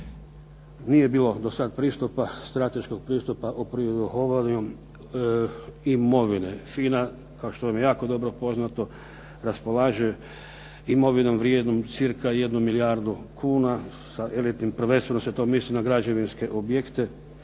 nije bilo do sada strateškog pristupa u prihodovanju imovine. FINA kao što vam je jako dobro poznato raspolaže imovinom vrijednom cirka 1 milijardu kuna, prvenstveno se to misli na građevinske objekte,